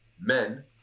men